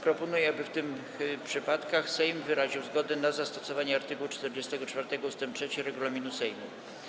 Proponuję, aby w tych przypadkach Sejm wyraził zgodę na zastosowanie art. 44 ust. 3 regulaminu Sejmu.